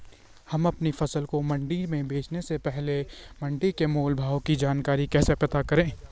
हमें अपनी फसल को मंडी में बेचने से पहले मंडी के मोल भाव की जानकारी कैसे पता करें?